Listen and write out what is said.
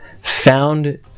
found